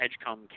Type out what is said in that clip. Edgecombe